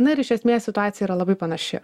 na ir iš esmės situacija yra labai panaši